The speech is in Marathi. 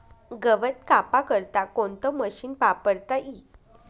गवत कापा करता कोणतं मशीन वापरता ई?